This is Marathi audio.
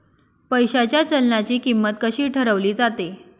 पैशाच्या चलनाची किंमत कशी ठरवली जाते